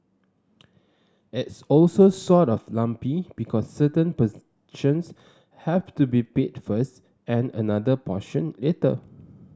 it's also sort of lumpy because certain have to be paid first and another portion later